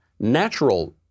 natural